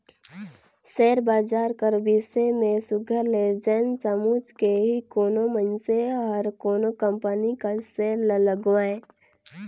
share बजार कर बिसे में सुग्घर ले जाएन समुझ के ही कोनो मइनसे हर कोनो कंपनी कर सेयर ल लगवाए